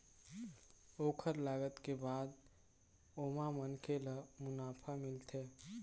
ओखर लागत के बाद ओमा मनखे ल मुनाफा मिलथे